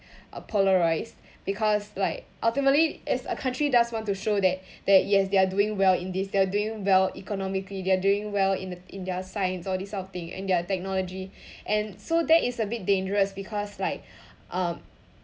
polarize because like ultimately is a country does want to show that that yes they are doing well in this they are doing well economically they doing well in th~ in their science or these sort of thing and ya technology and so that is a bit dangerous because like um